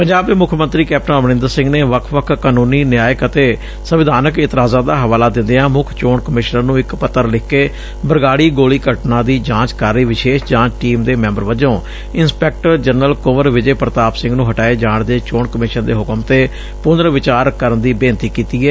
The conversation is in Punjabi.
ਪੰਜਾਬ ਦੇ ਮੁੱਖ ਮੰਤਰੀ ਕੈਪਟਨ ਅਮਰਿੰਦਰ ਸਿੰਘ ਨੇ ਵੱਖ ਵੱਖ ਕਾਨੂੰਨੀ ਨਿਆਇਕ ਅਤੇ ਸੰਵਿਧਾਨਕ ਇਤਰਾਜ਼ਾਂ ਦਾ ਹਵਾਲਾ ਦਿੰਦਿਆਂ ਮੁੱਖ ਚੋਣ ਕਮਿਸ਼ਨਰ ਨੂੰ ਇਕ ਪੱਤਰ ਲਿਖ ਕੇ ਬਰਗਾੜੀ ਗੋਲੀ ਘਟਨਾ ਦੀ ਜਾਂਚ ਕਰ ਰਹੀ ਵਿਸ਼ੇਸ਼ ਜਾਂਚ ਟੀਮ ਦੇ ਮੈਂਬਰ ਵਜੋਂ ਇੰਸਪੈਕਟਰ ਜਨਰਲ ਕੁੰਵਰ ਵਿਜੇ ਪ੍ਤਾਪ ਸਿੰਘ ਨੂੰ ਹਟਾਏ ਜਾਣ ਦੇ ਚੋਣ ਕਮਿਸ਼ਨ ਦੇ ਹੁਕਮ ਤੇ ਪੁਨਰ ਵਿਚਾਰ ਕਰਨ ਦੀ ਬੇਨਤੀ ਕੀਤੀ ਏ